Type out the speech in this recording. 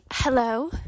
Hello